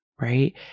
right